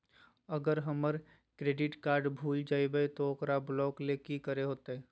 अगर हमर credit card भूल जइबे तो ओकरा ब्लॉक लें कि करे होते?